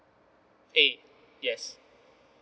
A yes